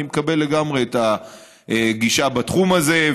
אני מקבל לגמרי את הגישה בתחום הזה.